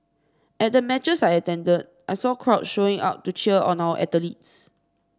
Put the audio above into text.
at the matches I attended I saw crowds showing up to cheer on our athletes